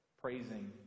praising